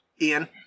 Ian